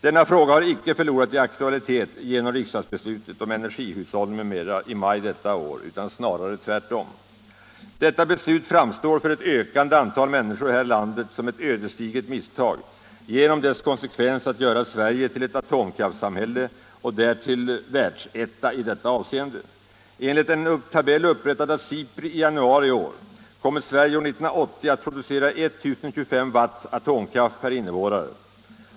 Denna fråga har icke förlorat i aktualitet genom riksdagsbeslutet om energihushållning m.m. i maj detta år utan snarare tvärtom. Detta beslut framstår för ett ökande antal människor här i landet som ett ödesdigert misstag genom dess konsekvens att göra Sverige till ett atomkraftssamhälle och därtill världsetta i detta avseende. Enligt en tabell upprättad av SIPRI i januari i år kommer Sverige år 1980 att producera I 025 watt atomkraft per innevånare.